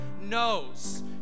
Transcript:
knows